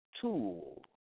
tool